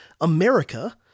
America